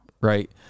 right